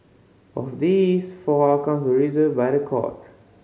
of these four outcomes reversed by the court